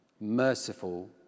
merciful